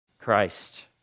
Christ